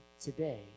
today